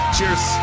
Cheers